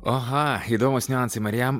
aha įdomūs niuansai marijam